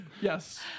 Yes